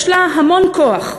יש לה המון כוח.